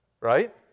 right